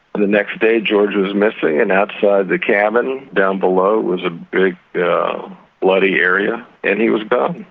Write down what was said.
the next day george was missing and outside the cabin down below was a big bloody area. and he was gone.